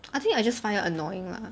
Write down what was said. I think I just find it annoying lah